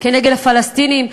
נגד הפלסטינים.